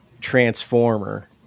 transformer